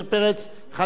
אחד מאנשי האופוזיציה,